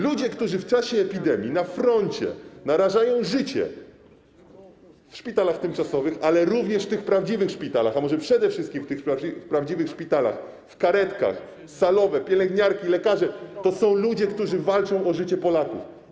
Ludzie, którzy w czasie epidemii na froncie narażają życie w szpitalach tymczasowych, ale również w tych prawdziwych szpitalach, a może przede wszystkim w tych prawdziwych szpitalach, w karetkach, salowe, pielęgniarki, lekarze - to są ludzie, którzy walczą o życie Polaków.